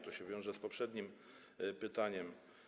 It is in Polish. To się wiąże z poprzednim pytaniem.